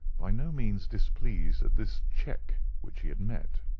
by no means displeased at this check which he had met.